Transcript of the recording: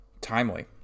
timely